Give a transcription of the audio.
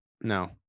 No